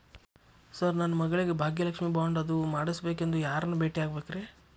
Sir ನನ್ನ ಮಗಳಿಗೆ Bhagyalakshmi bond ಅದು ಮಾಡಿಸಬೇಕೆಂದು ಯಾರನ್ನ ಭೇಟಿಯಾಗಬೇಕ್ರಿ?